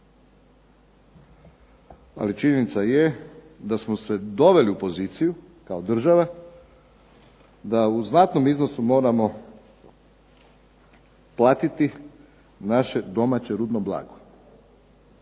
Ali činjenica je da smo se doveli u poziciju kao država da u znatnom iznosu moramo platiti naše domaće rudno blago.